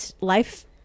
life